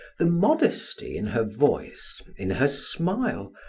the modesty in her voice, in her smile,